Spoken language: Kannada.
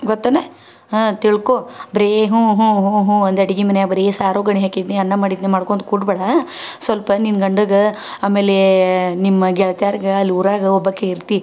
ಗೊತ್ತೇನ ಹಾಂ ತಿಳ್ಕೋ ಬರೀ ಹ್ಞೂ ಹ್ಞೂ ಹ್ಞೂ ಹ್ಞೂ ಅಂದು ಅಡುಗೆ ಮನೆಯಾಗ್ ಬರೀ ಸಾರು ಒಗ್ಗರ್ಣಿ ಹಾಕಿದ್ನಿ ಅನ್ನ ಮಾಡಿದ್ನಿ ಮಾಡ್ಕೊಂತ ಕೂಡಬೇಡಾ ಸ್ವಲ್ಪ ನಿನ್ನ ಗಂಡಗೆ ಆಮೇಲೇ ನಿಮ್ಮ ಗೆಳತಿಯಾರ್ಗ ಅಲ್ಲಿ ಊರಾಗೆ ಒಬ್ಬಾಕೆ ಇರ್ತಿ